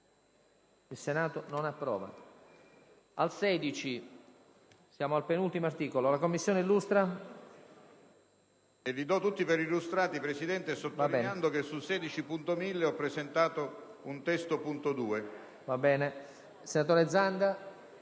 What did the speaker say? **Il Senato non approva.**